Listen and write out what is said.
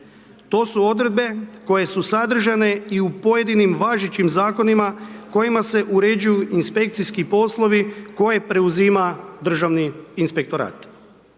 To su odredbe koje su sadržane i u pojedinim važećim Zakonima, kojima se uređuju inspekcijski poslovi koje preuzima državni inspektorat.